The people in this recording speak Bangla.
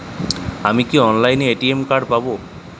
আমি কি অনলাইনে এ.টি.এম কার্ড পাব?